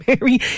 Mary